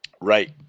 right